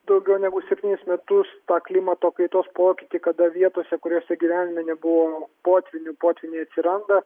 daugiau negu septynis metus tą klimato kaitos pokytį kada vietose kuriose gyvenime nebuvo potvynių potvyniai atsiranda